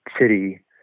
city